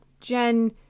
Jen